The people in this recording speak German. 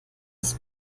des